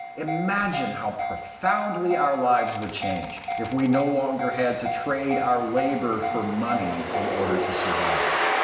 imagine how profoundly our lives would change if we no longer had to trade our labor for money in order to survive.